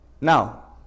Now